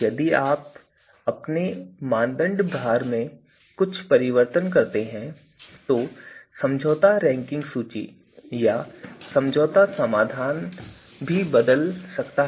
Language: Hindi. यदि आप अपने मानदंड भार में कुछ परिवर्तन करते हैं तो समझौता रैंकिंग सूची या समझौता समाधान भी बदल सकता है